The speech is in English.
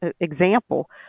example